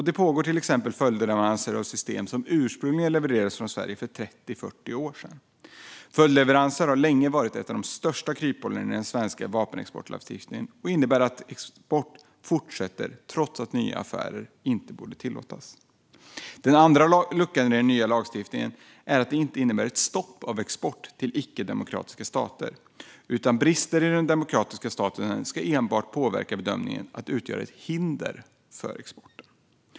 Det pågår till exempel följdleveranser av system som ursprungligen levererades från Sverige för 30-40 år sedan. Följdleveranser har länge varit ett av de största kryphålen i den svenska vapenexportlagstiftningen och innebär att export fortsätter trots att nya affärer inte borde tillåtas. Den andra luckan i den nya lagstiftningen är att den inte innebär ett stopp av export till icke-demokratiska stater, utan brister i den demokratiska statusen ska enbart påverka bedömningen och utgöra ett hinder för exporten.